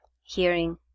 hearing